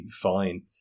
fine